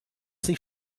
sich